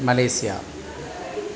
Malaysia